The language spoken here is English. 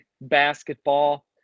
basketball